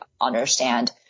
understand